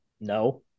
No